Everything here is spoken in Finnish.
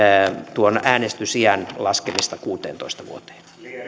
tuon äänestysiän laskemista kuuteentoista vuoteen